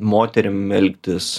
moterim elgtis